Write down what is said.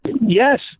Yes